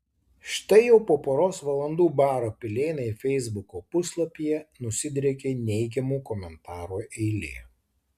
štai jau po poros valandų baro pilėnai feisbuko puslapyje nusidriekė neigiamų komentarų eilė